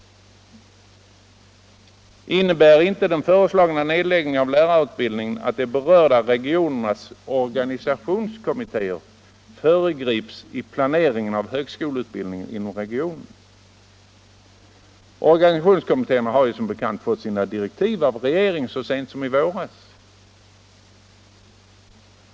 Innebär inte den föreslagna nedläggningen av lärarutbildningen att de berörda regionernas organisationskommittéer föregrips i planering av högskoleutbildningen inom regionen? Organisationskommittéerna har som bekant fått sina direktiv av regeringen så sent som i våras.